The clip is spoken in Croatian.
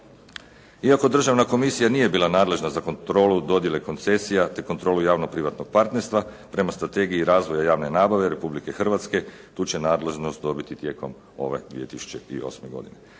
Iako Državna komisija nije bila nadležna za kontrolu dodijele koncesija te kontrolu javnog privatnog partnerstva prema strategiji razvoja javne nabave Republike Hrvatske tu će nadležnost dobiti tijekom ove 2008. godine.